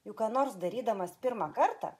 juk ką nors darydamas pirmą kartą